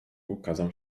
ukazał